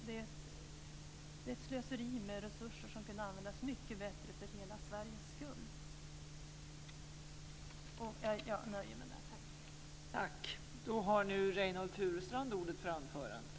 Det är ett slöseri med resurser som kunde användas mycket bättre för hela Sveriges skull.